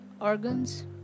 organs